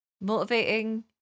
motivating